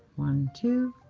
one, two,